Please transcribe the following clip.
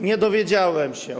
Nie dowiedziałem się.